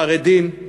חרדים,